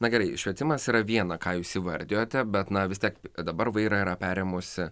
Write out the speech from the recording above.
na gerai švietimas yra viena ką jūs įvardijote bet na vis tiek dabar vairą perėmusi